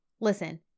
listen